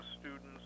students